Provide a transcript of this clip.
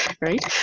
right